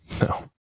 No